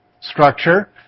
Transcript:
structure